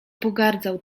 pogardzał